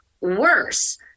worse